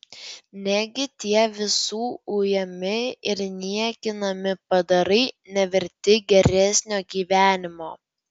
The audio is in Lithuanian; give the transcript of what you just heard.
negi tie visų ujami ir niekinami padarai neverti geresnio gyvenimo